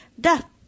death